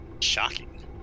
Shocking